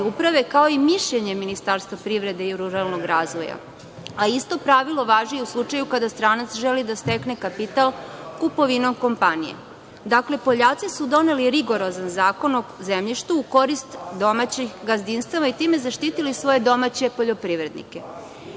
Uprave, kao i mišljenje Ministarstva privrede i ruralnog razvoja. Isto pravilo važi i u slučaju kada stranac želi da stekne kapital kupovinom kompanije. Dakle, Poljaci su doneli rigorozan Zakon o zemljištu u korist domaćih gazdinstava i time zaštitili svoje domaće poljoprivrednike. Izmenom